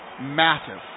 massive